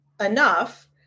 enough